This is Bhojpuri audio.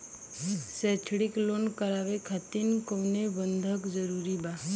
शैक्षणिक लोन करावे खातिर कउनो बंधक जरूरी बा?